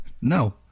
No